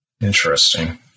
Interesting